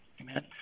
Amen